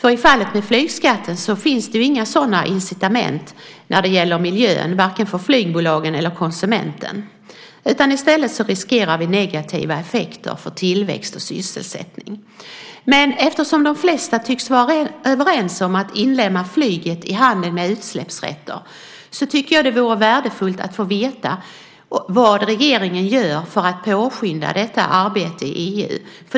I fallet med flygskatten finns inga sådana incitament när det gäller miljön, varken för flygbolaget eller för konsumenten. I stället riskerar vi negativa effekter för tillväxt och sysselsättning. Eftersom de flesta tycks vara överens om att inlemma flyget i handeln med utsläppsrätter, tycker jag att det vore värdefullt att få veta vad regeringen gör för att påskynda detta arbete i EU.